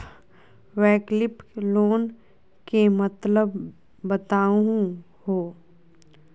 वैकल्पिक लोन के मतलब बताहु हो?